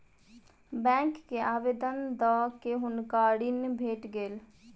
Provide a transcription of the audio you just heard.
bank के आवेदन दअ के हुनका ऋण भेट गेल